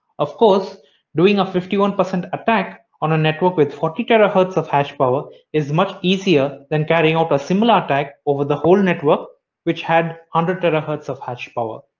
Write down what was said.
of course doing a fifty one percent attack on a network with forty terahertz of hash power is much easier than carrying out a similar attack over the whole network which had one hundred terahertz of hash power.